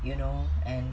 you know and